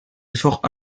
efforts